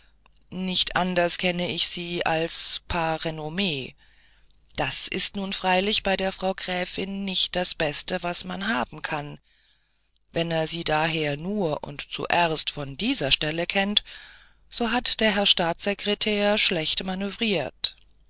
nicht anders kenne ich sie als par renomme das ist nun freilich bei der frau gräfin nicht das beste das man haben kann wenn er sie daher nur und zuerst von dieser stelle kennt so hat der herr staatssekretär schlecht manövriert